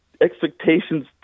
expectations